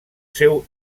seu